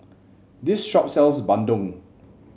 this shop sells bandung